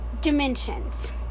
Dimensions